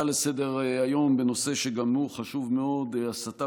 מכאן אני עובר להצעה לסדר-היום בנושא שגם הוא חשוב מאוד: הסתה